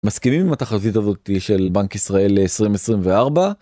מסכימים עם התחזית הזאת של בנק ישראל ל-2024?